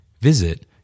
Visit